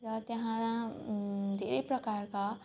र त्यहाँ धेरै प्रकारका